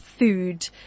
food